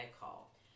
call